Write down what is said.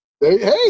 Hey